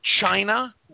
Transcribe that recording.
China